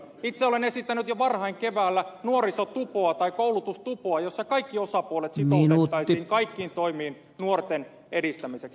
itse olen esittänyt jo varhain keväällä nuorisotupoa tai koulutustupoa jossa kaikki osapuolet sitoutettaisiin kaikkiin toimiin nuorten asioiden edistämiseksi